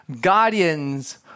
Guardians